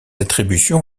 attributions